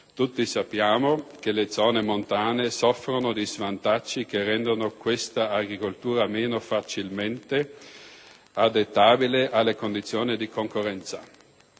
È noto che le zone montane soffrono di svantaggi che rendono questa agricoltura meno facilmente adattabile alle condizioni di concorrenza